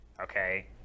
Okay